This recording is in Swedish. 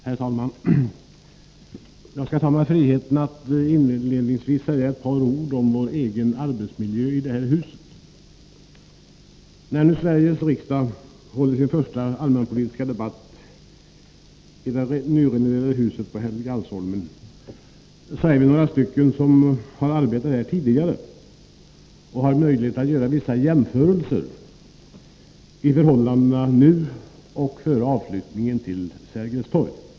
Herr talman! Jag skall inledningsvis ta mig friheten att säga några ord om vår egen arbetsmiljö i det här huset. När nu Sveriges riksdag håller sin första allmänpolitiska debatt i det nyrenoverade huset på Helgeandsholmen är vi några stycken som har arbetat här tidigare och har möjlighet att göra vissa jämförelser mellan förhållandena nu och före avflyttningen till Sergels torg.